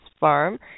farm